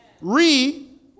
Re